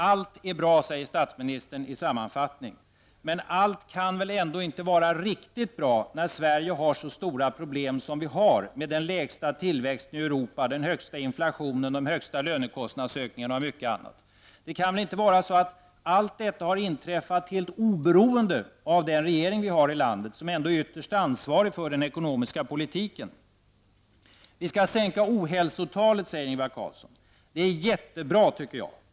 Allt är bra, säger statsministern i sin sammanfattning. Men allt kan väl ändå inte vara riktigt bra när Sverige har så stora problem. Sverige har ju den lägsta tillväxten i Europa, den högsta inflationen, de största lönekostnadsökningarna osv. Det kan väl inte vara så, att allt detta har inträffat helt oberoende av den regering som vi har i det här landet och som ju ändå är ytterst ansvarig för den ekonomiska politiken. Vi skall sänka ohälsotalet, säger Ingvar Carlsson. Det tycker jag är mycket bra.